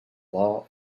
law